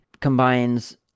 combines